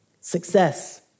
success